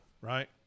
right